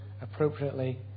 appropriately